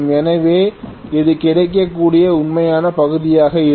எனவே இது கிடைக்கக்கூடிய உண்மையான பகுதியாக இருக்கும்